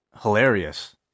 hilarious